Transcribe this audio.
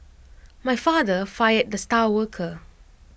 my father fired the star worker